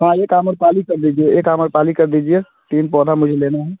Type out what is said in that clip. हाँ एक अम्रपाली कर दीजिए एक अम्रपाली कर दीजिए तीन पौधे मुझे लेना है